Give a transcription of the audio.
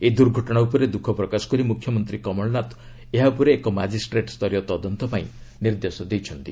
ଏହି ଦୁର୍ଘଟଣା ଉପରେ ଦୁଃଖପ୍ରକାଶ କରି ମୁଖ୍ୟମନ୍ତ୍ରୀ କମଳନାଥ ଏହା ଉପରେ ଏକ ମାଜିଷ୍ଟ୍ରେଟ୍ସ୍ତରୀୟ ତଦନ୍ତ ପାଇଁ ନିର୍ଦ୍ଦେଶ ଦେଇଛନ୍ତି